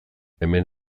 hemen